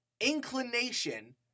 inclination